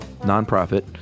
nonprofit